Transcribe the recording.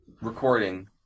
recording